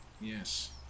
Yes